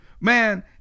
man